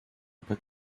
put